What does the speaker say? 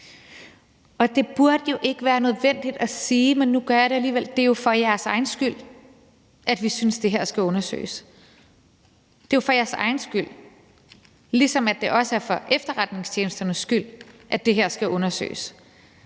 Det burde jo ikke være nødvendigt at sige, men nu gør jeg det alligevel: Det er jo for jeres egen skyld, at vi synes, det her skal undersøges. Det er jo for jeres egen skyld, ligesom det også er for efterretningstjenesternes skyld, at det her skal undersøges.